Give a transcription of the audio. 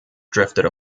drifted